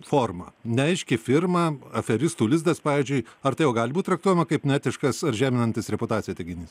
forma neaiški firma aferistų lizdas pavyzdžiui ar tai jau gali būti traktuojama kaip neetiškas ar žeminantis reputaciją teiginys